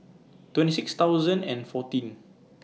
twenty six thousand and fourteen